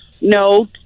No